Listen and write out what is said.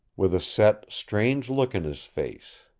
with a set, strange look in his face.